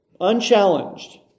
unchallenged